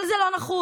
כל זה לא נחוץ,